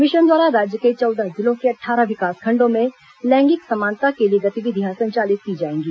mission द्वारा राज्य के चौदह जिलों के अट्ठारह विकासखंडों में लैंगिक समानता के लिए गतिविधियां संचालित की जाएंगी